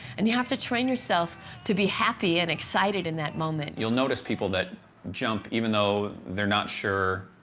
and you have to train yourself to be happy and excited in that moment. you'll notice people that jump, even though they're not sure